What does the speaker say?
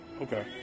Okay